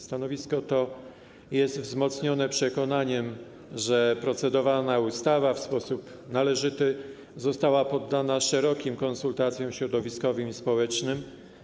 Stanowisko to jest wzmocnione przekonaniem, że procedowana ustawa w sposób należyty została poddana szerokim konsultacjom środowiskowym i społecznym.